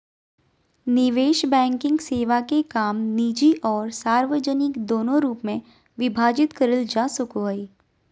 निवेश बैंकिंग सेवा के काम निजी आर सार्वजनिक दोनों रूप मे विभाजित करल जा सको हय